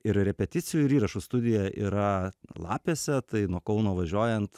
ir repeticijų ir įrašų studija yra lapėse tai nuo kauno važiuojant